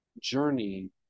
journey